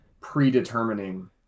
predetermining